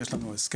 יש לנו הסכם,